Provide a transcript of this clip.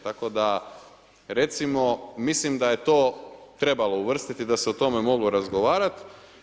Tako da recimo mislim da je to trebalo uvrstiti, da se o tome moglo razgovarati.